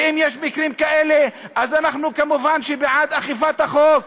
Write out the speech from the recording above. ואם יש מקרים כאלה אז אנחנו כמובן בעד אכיפת החוק.